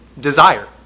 desire